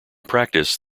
practice